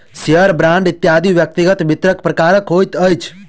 share, bond इत्यादि व्यक्तिगत वित्तक प्रकार होइत अछि